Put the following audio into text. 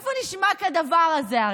הרי איפה נשמע כדבר הזה?